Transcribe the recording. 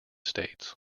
states